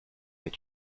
mais